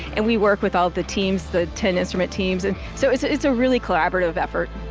and we work with all the teams the ten instrument teams. and so it's it's a really collaborative effort.